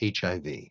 HIV